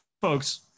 folks